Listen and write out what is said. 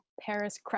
Paris